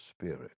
spirit